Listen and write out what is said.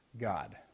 God